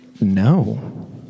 no